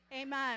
Amen